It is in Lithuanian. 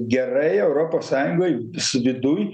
gerai europos sąjungoj su viduj